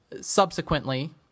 subsequently